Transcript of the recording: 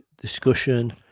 discussion